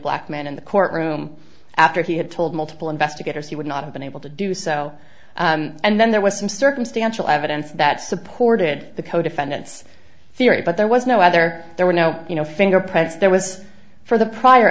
black man in the courtroom after he had told multiple investigators he would not have been able to do so and then there was some circumstantial evidence that supported the co defendants theory but there was no other there were no you know fingerprints there was for the prior